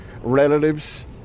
relatives